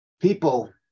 people